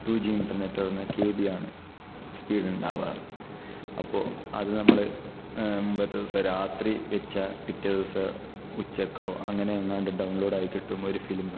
to G internet പറഞ്ഞാൽ K B യാണ് speed ഉണ്ടാകാറ് അപ്പോൾ അത് നമ്മള് രാത്രി വെച്ചാൽ പിറ്റേ ദിവസം ഉച്ചക്കോ അങ്ങനെ എങ്ങാണ്ട് ഡൗൺലോഡ് ആയി കിട്ടും ഒരു ഫിലിമ്